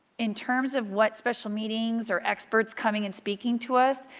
in terms of what special meetings or experts coming and speaking to us,